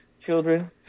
children